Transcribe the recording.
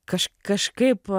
kaž kažkaip